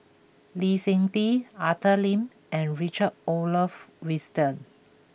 Lee Seng Tee Arthur Lim and Richard Olaf Winstedt